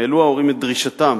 העלו ההורים את דרישתם